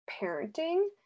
parenting